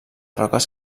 roques